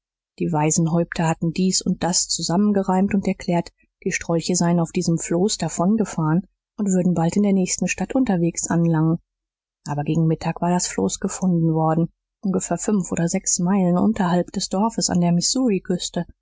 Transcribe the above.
die weisen häupter hatten dies und das zusammengereimt und erklärt die strolche seien auf diesem floß davongefahren und würden bald in der nächsten stadt unterwärts anlangen aber gegen mittag war das floß gefunden worden ungefähr fünf oder sechs meilen unterhalb des dorfes an der missouriküste